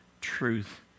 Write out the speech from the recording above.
truth